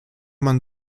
man